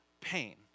pain